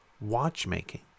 watchmaking